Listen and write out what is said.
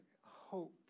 hope